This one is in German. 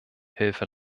hilfe